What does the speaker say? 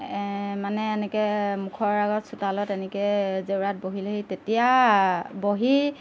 মানে এনেকৈ মুখৰ আগত চোতালত এনেকৈ জেওৰাত বহিলেহি তেতিয়া বহি